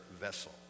vessel